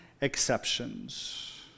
exceptions